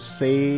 say